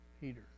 Peter